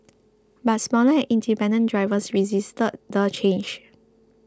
but smaller and independent drivers resisted the change